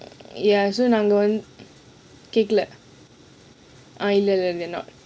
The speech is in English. ya so I'm the only கேக்கல்ல:keakkalla they are not